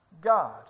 God